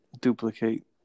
duplicate